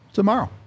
Tomorrow